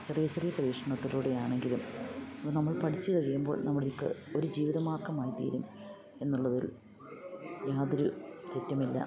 ചെറിയ ചെറിയ പരീക്ഷണത്തിലൂടെയാണെങ്കിലും അപ്പം നമ്മൾ പഠിച്ച് കഴിയുമ്പോൾ നമ്മൾക്ക് ഒരു ജീവിതമാർഗമായി തീരും എന്നുള്ളതിൽ യാതൊരു തെറ്റുമില്ല